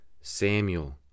Samuel